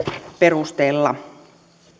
perusteella